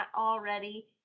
already